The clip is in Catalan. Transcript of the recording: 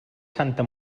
santa